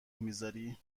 میذاری